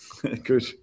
good